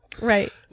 Right